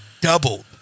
doubled